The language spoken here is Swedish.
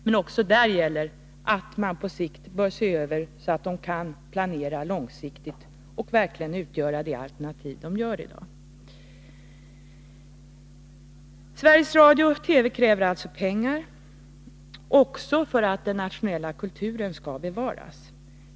Men också där bör det göras en översyn, så att utbildningsradion kan planera långsiktigt och verkligen utgöra det alternativ som den utgör i dag. Sveriges Radio-TV kräver alltså pengar också för att den nationella kulturen skall kunna bevaras.